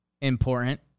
important